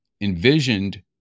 envisioned